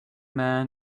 man